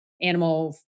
animal